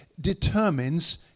determines